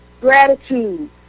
gratitude